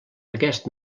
aquest